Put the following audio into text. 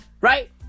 right